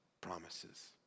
promises